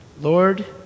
Lord